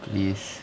please